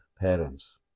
parents